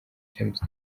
james